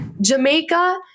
Jamaica